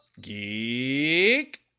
geek